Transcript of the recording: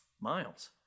Miles